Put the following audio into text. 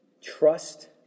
trust